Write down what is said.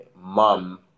mum